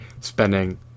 spending